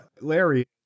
Larry